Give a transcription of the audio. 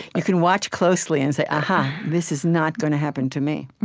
you can watch closely and say, aha, this is not going to happen to me.